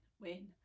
Win